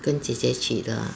跟姐姐去的 lah